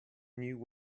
new